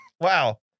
Wow